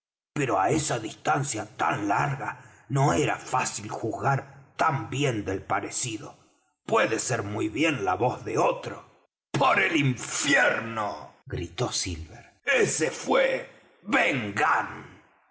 pero á esa distancia tan larga no era fácil juzgar tan bien del parecido puede ser muy bien la voz de otro por el infierno gritó silver ese fué